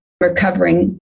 recovering